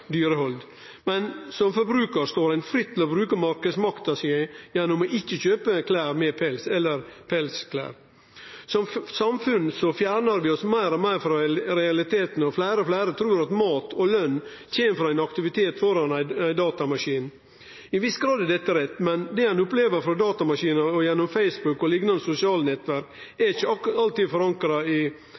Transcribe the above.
dyrehald. Men som forbrukar står ein fritt til å bruke marknadsmakta si gjennom ikkje å kjøpe klede med pels. Som samfunn fjernar vi oss meir og meir frå realitetane, og fleire og fleire trur at mat og løn kjem frå ein aktivitet framfor ein datamaskin. Til ein viss grad er dette rett, men det ein opplever frå datamaskinen og gjennom Facebook og liknande sosiale nettverk, er ikkje alltid forankra i